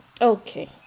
Okay